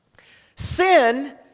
Sin